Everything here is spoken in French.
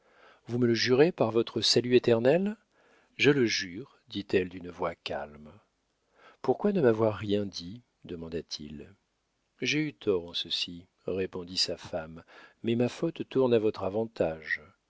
vous me le jurez par votre salut éternel je le jure dit-elle d'une voix calme pourquoi ne m'avoir rien dit demanda-t-il j'ai eu tort en ceci répondit sa femme mais ma faute tourne à votre avantage